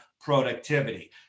productivity